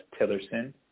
Tillerson